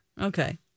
Okay